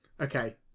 Okay